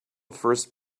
first